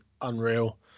unreal